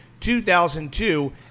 2002